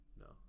No